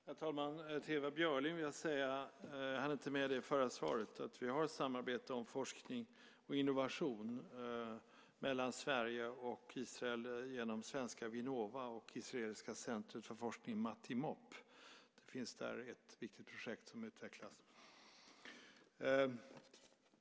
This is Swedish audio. Herr talman! Till Ewa Björling vill jag säga det som jag inte hann i mitt förra inlägg, nämligen att vi har ett samarbete om forskning och innovation mellan Sverige och Israel genom svenska Vinnova och det israeliska centret för forskning, Matimop. Det finns där ett viktigt projekt som utvecklas.